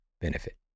benefit